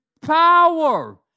power